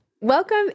Welcome